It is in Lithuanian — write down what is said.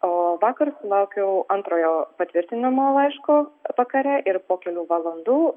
o vakar sulaukiau antrojo patvirtinamojo laiško vakare ir po kelių valandų